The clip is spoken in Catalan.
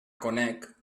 conec